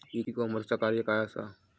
E कॉमर्सचा कार्य काय असा?